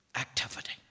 activity